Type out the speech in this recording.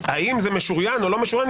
באיזו מידה היא גורעת או לא גורעת